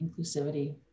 inclusivity